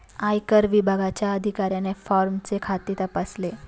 आयकर विभागाच्या अधिकाऱ्याने फॉर्मचे खाते तपासले